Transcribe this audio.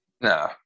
No